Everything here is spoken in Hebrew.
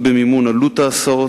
השתתפות במימון עלות ההסעות,